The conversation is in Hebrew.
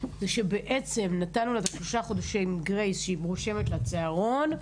זה שבעצם נתנו לה שלושה חודשי grace שהיא רושמת לצהרון.